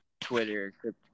Twitter